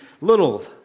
little